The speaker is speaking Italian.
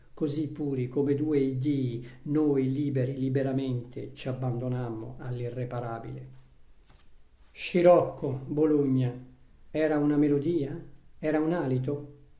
così puri come due iddii noi liberi liberamente ci abbandonammo all'irreparabile canti orfici dino campana scirocco bologna era una melodia era un alito